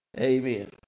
Amen